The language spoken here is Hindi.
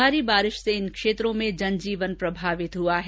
भारी बारिश से इन क्षेत्रों में जनजीवन प्रभावित हुआ है